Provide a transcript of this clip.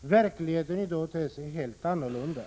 Verkligheten ter sig helt annorlunda.